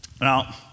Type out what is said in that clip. Now